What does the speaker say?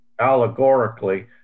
allegorically